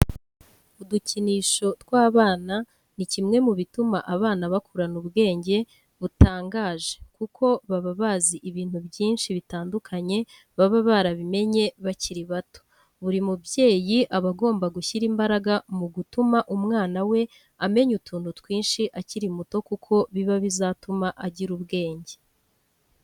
Udukinisho tw'abana ni kimwe mubituma abana bakurana ubwenge butangaje kuko baba bazi ibintu byinshi bitandukanye baba barabimenye bakiri bato. Buri mubyeyi aba agomba gushyira imbaraga mu gutumwa umwana we amenya utuntu twinshi akiri muto kuko biba bizatuma agira ubwenge.